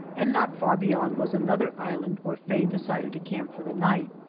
and not far beyond was another island where faye decided to camp for the night.